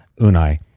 Unai